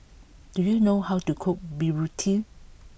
do you know how to cook Burrito